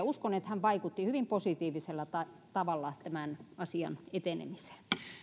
uskon että hän vaikutti hyvin positiivisella tavalla tämän asian etenemiseen